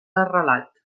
arrelat